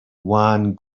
one